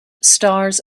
stars